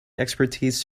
expertise